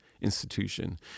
Institution